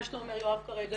מה שאתה אומר יואב כרגע,